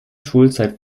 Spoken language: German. schulzeit